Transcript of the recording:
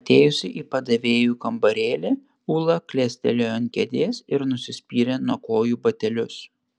atėjusi į padavėjų kambarėlį ūla klestelėjo ant kėdės ir nusispyrė nuo kojų batelius